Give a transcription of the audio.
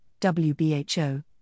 WBHO